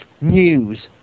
news